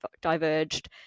diverged